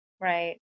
right